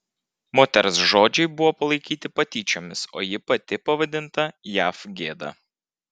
moters žodžiai buvo palaikyti patyčiomis o ji pati pavadinta jav gėda